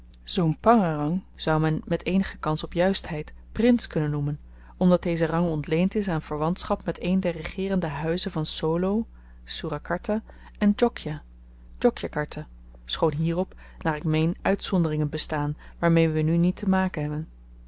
zoo'n pangérang zou men met eenigen kans op juistheid prins kunnen noemen omdat deze rang ontleend is aan verwantschap met een der regeerende huizen van solo soerakarta en djokja djokjakarta schoon hierop naar ik meen uitzonderingen bestaan waarmee we nu niet te maken hebben